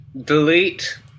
Delete